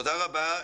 תודה רבה.